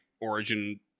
origin